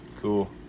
Cool